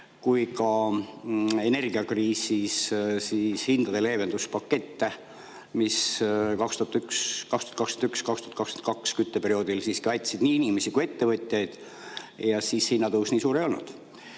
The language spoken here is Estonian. kui ka energiakriisis hindade leevendamise pakette, mis 2021/2022 kütteperioodil aitasid nii inimesi kui ettevõtjaid ja hinnatõus nii suur ei olnud. Aga